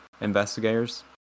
investigators